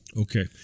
Okay